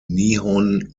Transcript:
nihon